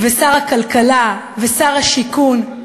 ושר הכלכלה, ושר השיכון,